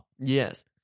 Yes